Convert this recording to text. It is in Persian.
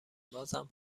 بازم